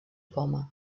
poma